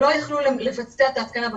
לבצע את ההתקנה.